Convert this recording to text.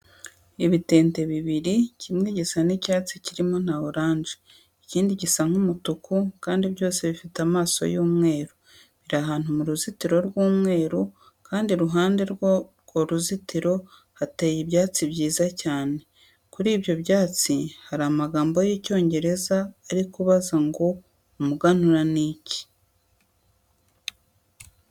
Ibitente bibiri, kimwe gisa nk'icyatsi kirimo na oranje, ikindi gisa nk'umutuku kandi byose bifite amaso y'umweru. Biri ahantu mu ruzitiro rw'umweru kandi iruhande rw'urwo ruzitiro hateye ibyatsi byiza cyane. Kuri ibyo byatsi hari amagambo y'Icyongereza ari kubaza ngo umuganura ni iki?